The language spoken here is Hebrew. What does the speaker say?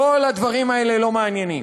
כל הדברים האלה לא מעניינים.